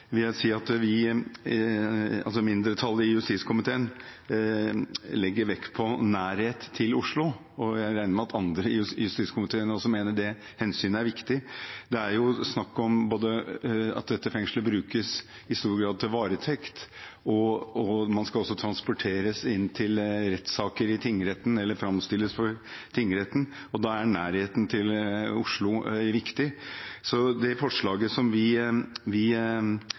at vi – altså mindretallet i justiskomiteen – legger vekt på nærhet til Oslo, og jeg regner med at andre i justiskomiteen også mener det hensynet er viktig. Det er snakk om at dette fengslet i stor grad brukes til varetekt, og man skal også transporteres inn til rettssaker i tingretten eller framstilles for tingretten, og da er nærheten til Oslo viktig. Så det forslaget vi